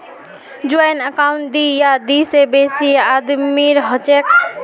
joint account दी या दी से बेसी आदमीर हछेक